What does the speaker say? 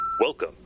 Welcome